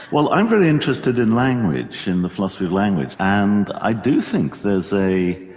well i'm very interested in language, in the philosophy of language, and i do think there's a.